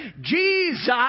Jesus